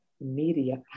media